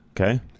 okay